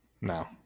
No